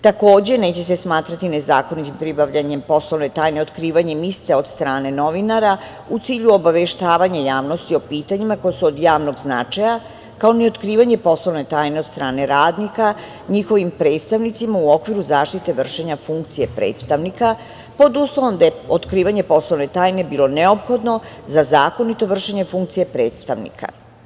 Takođe, neće se smatrati nezakonitim pribavljanje poslovne tajne otkrivanjem iste od strane novinara u cilju obaveštavanja javnosti o pitanjima koji su od javnog značaja, kao ni otkrivanje poslovne tajne od strane radnika njihovim predstavnicima u okviru zaštite vršenja funkcije predstavnika, a pod uslovom da je otkrivanje poslovne tajne bilo neophodno za zakonito vršenje funkcije predstavnika.